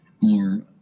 more